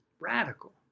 radical